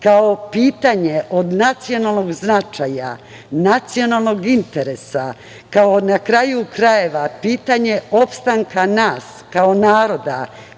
kao pitanje od nacionalnog značaja, nacionalnog interesa, kao pitanje opstanka nas kao naroda,